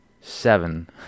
seven